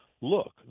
look